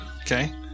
Okay